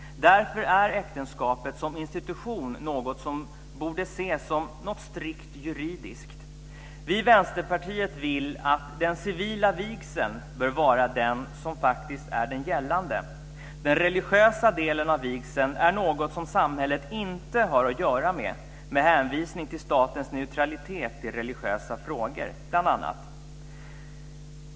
Därför är äktenskapet som institution något som borde ses strikt juridiskt. Vi i Vänsterpartiet vill att den civila vigseln bör vara den som är den gällande. Den religiösa delen av vigseln är något som samhället inte har att göra med, bl.a. med hänvisning till statens neutralitet i religiösa frågor.